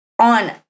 on